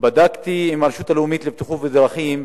בדקתי עם הרשות הלאומית לבטיחות בדרכים,